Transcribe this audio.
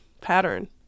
pattern